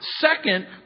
second